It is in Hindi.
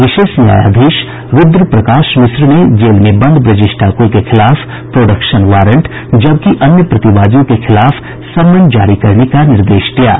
विशेष न्यायाधीश रूद्र प्रकाश मिश्र ने जेल में बंद ब्रजेश ठाकुर के खिलाफ प्रोडक्शन वारंट जबकि अन्य प्रतिवादियों के खिलाफ समन जारी करने का निर्देश दिया है